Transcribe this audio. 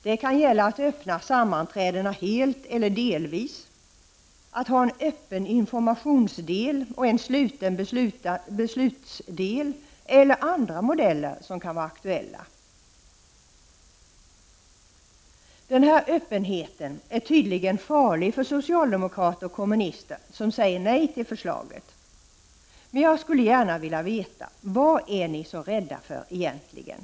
Det kan gälla att öppna sammanträdena helt eller delvis, att ha en öppen informationsdel och en sluten beslutsdel eller andra modeller som kan vara aktuella. Den här öppenheten är tydligen farlig för socialdemokrater och kommunister som säger nej till förslaget. Vad är ni rädda för egentligen?